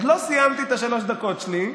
עוד לא סיימתי את שלוש הדקות שלי.